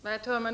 Herr talman!